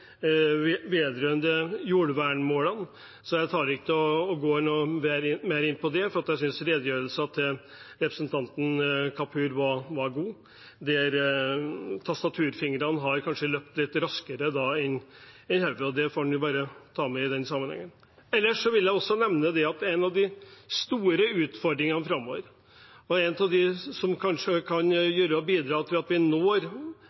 vedrørende jordvernmålene. Derfor går jeg ikke noe mer inn på det, for jeg synes redegjørelsen til representanten Kapur var god. Tastaturfingrene har kanskje løpt litt for raskt for hodet, og det får man bare ta med i den sammenhengen. Ellers vil jeg også nevne at en av de store utfordringene framover, og en av dem som kanskje kan bidra til at vi når